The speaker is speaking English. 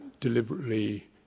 deliberately